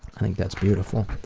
i think that's beautiful.